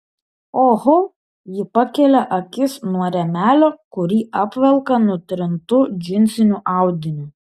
oho ji pakelia akis nuo rėmelio kurį apvelka nutrintu džinsiniu audiniu